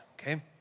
okay